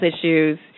issues